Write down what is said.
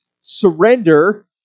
surrender